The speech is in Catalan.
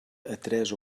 tres